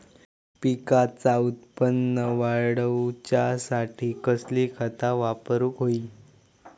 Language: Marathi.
पिकाचा उत्पन वाढवूच्यासाठी कसली खता वापरूक होई?